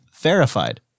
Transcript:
verified